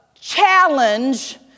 challenge